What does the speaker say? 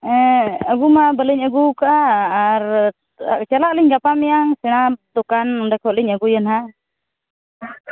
ᱟᱹᱜᱩ ᱢᱟ ᱵᱟᱹᱞᱤᱧ ᱟᱹᱜᱩᱣᱟᱠᱟᱫᱼᱟ ᱟᱨ ᱪᱟᱞᱟᱜᱟᱹᱞᱤᱧ ᱜᱟᱯᱟᱼᱢᱮᱭᱟᱝ ᱥᱮᱬᱟ ᱫᱳᱠᱟᱱ ᱚᱸᱰᱮ ᱠᱷᱚᱱᱞᱤᱧ ᱟᱹᱜᱩᱭᱟ ᱱᱟᱦᱟᱜ